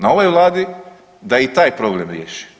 Na ovoj je vladi da i taj problem riješi.